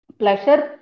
pleasure